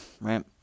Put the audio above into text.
right